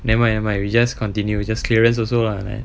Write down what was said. never mind never mind you just continue just clearance also lah leh